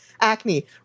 Acne